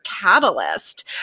catalyst